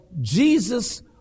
Jesus